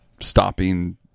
stopping